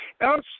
Else